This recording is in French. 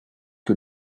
que